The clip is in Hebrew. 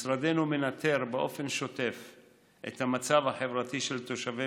משרדנו מנטר באופן שוטף את המצב החברתי של תושבי